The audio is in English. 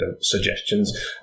suggestions